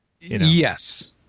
Yes